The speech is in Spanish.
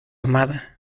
amada